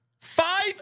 five